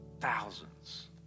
thousands